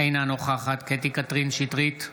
אינה נוכחת קטי קטרין שטרית,